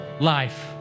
life